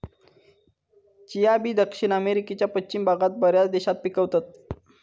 chia बी दक्षिण अमेरिकेच्या पश्चिम भागात बऱ्याच देशात पिकवतत